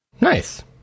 Nice